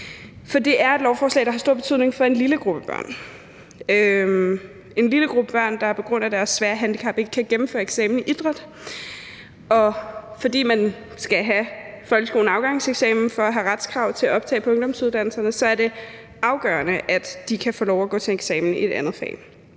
børn. Det er et lovforslag, der har stor betydning for en lille gruppe børn, der på grund af deres svære handicap ikke kan gennemføre eksamen i idræt. Fordi man skal have folkeskolens afgangseksamen for at have retskrav på at blive optaget på en ungdomsuddannelse, så er det afgørende, at de kan få lov at gå til eksamen i et andet fag